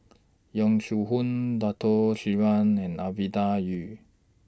Yong Shu Hoong Dato Sri and Ovidia Yu